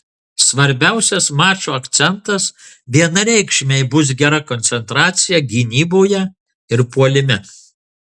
svarbiausias mačo akcentas vienareikšmiai bus gera koncentracija gynyboje ir puolime